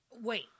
Wait